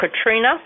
Katrina